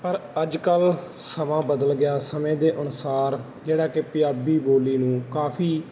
ਪਰ ਅੱਜ ਕੱਲ੍ਹ ਸਮਾਂ ਬਦਲ ਗਿਆ ਸਮੇਂ ਦੇ ਅਨੁਸਾਰ ਜਿਹੜਾ ਕਿ ਪੰਜਾਬੀ ਬੋਲੀ ਨੂੰ ਕਾਫੀ